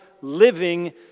living